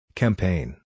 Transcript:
Campaign